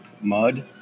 mud